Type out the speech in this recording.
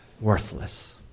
worthless